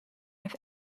with